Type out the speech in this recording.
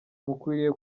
mukwiriye